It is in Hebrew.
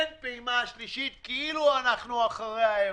שאין פעימה שלישית כאילו אנחנו אחרי האירוע?